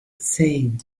sayn